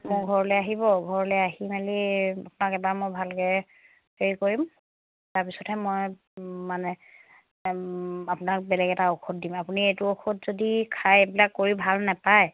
মোৰ ঘৰলৈ আহিব ঘৰলৈ আহি মেলি আপোনাক এবাৰ মই ভালকৈ হেৰি কৰিম তাৰপিছতহে মই মানে আপোনাক বেলেগ এটা ঔষধ দিম আপুনি এইটো ঔষধ যদি খাই এইবিলাক কৰি ভাল নাপায়